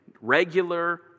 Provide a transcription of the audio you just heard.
regular